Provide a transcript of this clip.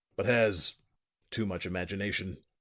but has too much imagination.